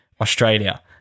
Australia